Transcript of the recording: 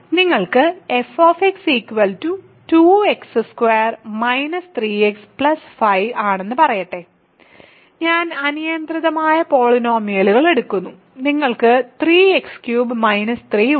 നിങ്ങൾക്ക് f 2x2 3 x 5 ആണെന്ന് പറയട്ടെ ഞാൻ അനിയന്ത്രിതമായ പോളിനോമിയലുകൾ എടുക്കുന്നു നിങ്ങൾക്ക് 3x3 3 ഉണ്ട്